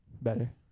Better